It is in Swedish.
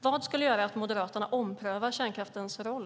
Vad skulle kunna göra att Moderaterna omprövar kärnkraftens roll?